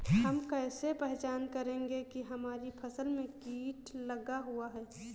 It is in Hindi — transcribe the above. हम कैसे पहचान करेंगे की हमारी फसल में कीट लगा हुआ है?